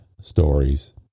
stories